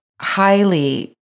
highly